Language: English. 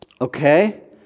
Okay